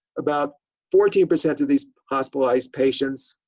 about fourteen percent of these hospitalized patients